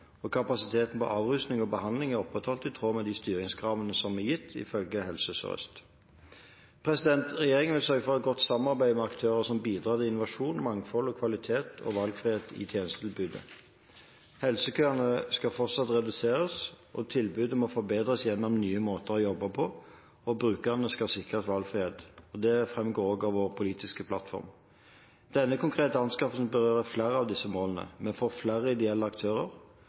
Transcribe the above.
og kapasiteten på avrusning og behandling er opprettholdt i tråd med de styringskravene som er gitt, ifølge Helse Sør-Øst. Regjeringen vil sørge for et godt samarbeid med aktører som bidrar til innovasjon, mangfold, kvalitet og valgfrihet i tjenestetilbudet. Helsekøene skal fortsatt reduseres, tilbudet må forbedres gjennom nye måter å jobbe på, og brukerne skal sikres valgfrihet. Det framgår også av vår politiske plattform. Denne konkrete anskaffelsen berører flere av disse målene. Vi får flere ideelle aktører,